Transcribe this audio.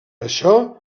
això